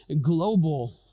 global